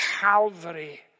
Calvary